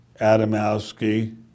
Adamowski